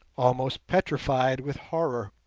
almost petrified with horror.